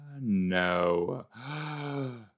no